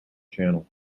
channel